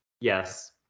yes